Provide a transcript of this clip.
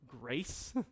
Grace